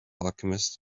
alchemist